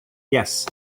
yes